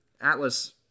Atlas